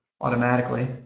automatically